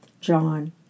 John